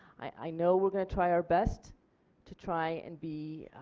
i know we are going to try our best to try and be,